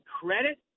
credit